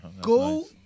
go